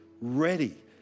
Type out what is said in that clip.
ready